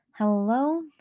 Hello